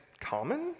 common